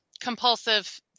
compulsive